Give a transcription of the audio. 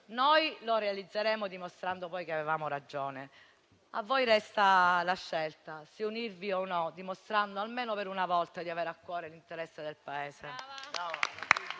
Noi lo realizzeremo dimostrando che avevamo ragione; a voi resta la scelta se unirvi o no a noi, dimostrando almeno per una volta di avere a cuore l'interesse del Paese.